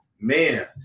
man